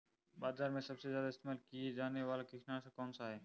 बाज़ार में सबसे ज़्यादा इस्तेमाल किया जाने वाला कीटनाशक कौनसा है?